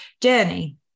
journey